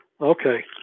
Okay